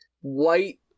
white